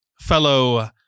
fellow